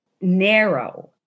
narrow